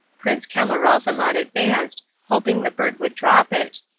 prince camaralzaman advanced, hoping the bird would drop it,